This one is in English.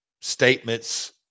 statements